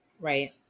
Right